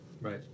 Right